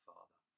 Father